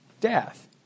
death